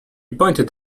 pointed